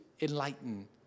enlighten